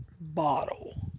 bottle